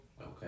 Okay